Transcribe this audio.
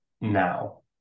now